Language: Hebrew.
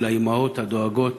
של האימהות הדואגות,